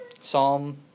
Psalm